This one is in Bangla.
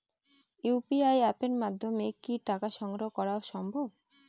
ইউ.পি.আই অ্যাপের মাধ্যমে কি টাকা গ্রহণ করাও সম্ভব?